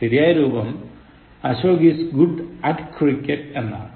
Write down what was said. ശരിയായ രൂപം Ashok is good at cricket എന്നാണ്